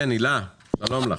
הילה, שלום לך.